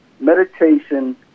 meditation